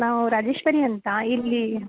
ನಾವು ರಾಜೇಶ್ವರಿ ಅಂತ ಇಲ್ಲಿ